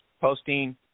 posting